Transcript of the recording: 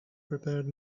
prepared